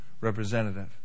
Representative